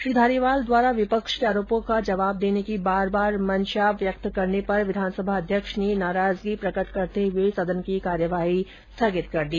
श्री धारीवाल दवारा विपक्ष के आरोपों का जवाब देने की बार बार मंषा जाहिर करने पर विधानसभा अध्यक्ष ने नाराजगी प्रकट करते हुए सदन की कार्यवाही स्थगित कर दी